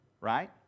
right